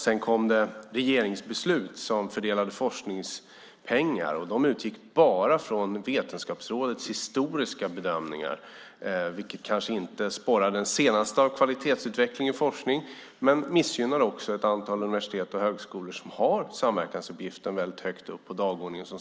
Det kom ett regeringsbeslut som fördelade forskningspengar. Det utgick bara från Vetenskapsrådets historiska bedömningar, vilket kanske inte sporrar det senaste av kvalitetsutveckling och forskning. Det missgynnar också ett antal universitet och högskolor som samverkar med industrin och har samverkansuppgiften högt upp på dagordningen.